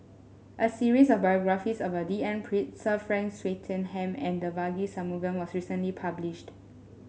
a series of biographies about D N Pritt Sir Frank Swettenham and Devagi Sanmugam was recently published